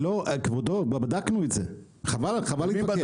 לא, כבודו, בדקנו את זה, חבל להתווכח.